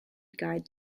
guide